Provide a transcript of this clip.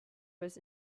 was